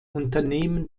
unternehmen